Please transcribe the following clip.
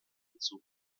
hinzu